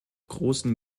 großen